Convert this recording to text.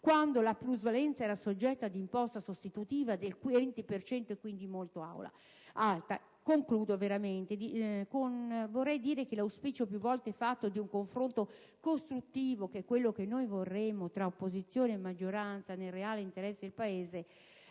quando la plusvalenza era soggetta ad un'imposta sostitutiva del 20 per cento e quindi molto alta. In conclusione, vorrei dire che l'auspicio più volte fatto di un confronto costruttivo - quello che noi vorremmo - tra opposizione e maggioranza, nel reale interesse del Paese,